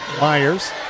Myers